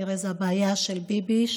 היא הבעיה של ביבי,